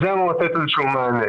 זה אמור לתת מענה.